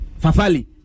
Fafali